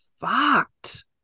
fucked